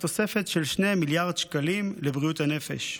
תוספת של 2 מיליארד שקלים לבריאות הנפש,